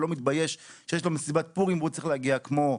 ולא מתבייש שיש לו מסיבת פורים והוא צריך להגיע כמו,